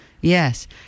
yes